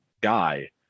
guy